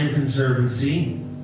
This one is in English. Conservancy